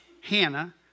Hannah